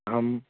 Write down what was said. अहम्